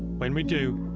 when we do,